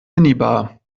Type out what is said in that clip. minibar